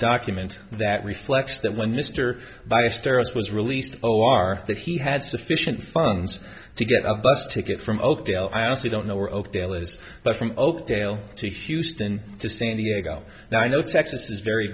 document that reflects that when mr body sterols was released o r that he had sufficient funds to get a bus ticket from oakdale i honestly don't know where oakdale is but from oakdale to houston to san diego now i know texas is very